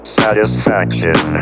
satisfaction